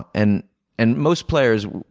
and and most players,